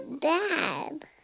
Dad